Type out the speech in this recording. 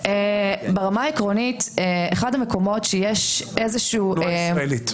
ברמה העקרונית, בפקודת העיריות אין התייחסות